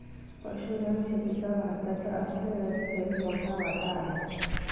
पशुधन शेतीचा भारताच्या अर्थव्यवस्थेत मोठा वाटा आहे